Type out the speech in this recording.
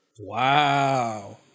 Wow